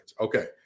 Okay